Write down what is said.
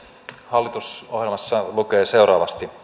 hallitusohjelmassa lukee seuraavasti